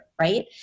right